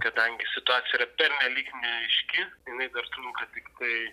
kadangi situacija yra pernelyg neaiški jinai dar trunka tiktai